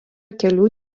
kelių